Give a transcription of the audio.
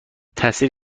تاثیر